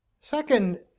Second